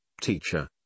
Teacher